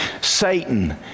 Satan